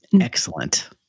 Excellent